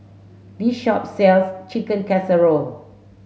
this shop sells Chicken Casserole